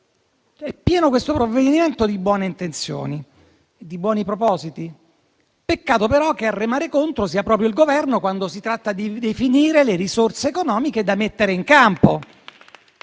in esame è pieno di buone intenzioni e di buoni propositi; peccato però che a remare contro sia proprio il Governo, quando si tratta di definire le risorse economiche da mettere in campo.